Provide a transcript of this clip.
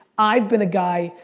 i've been a guy,